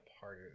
harder